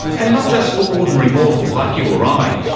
and not just for ordinary mortals like you or i.